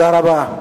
תודה רבה.